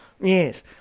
Yes